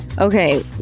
Okay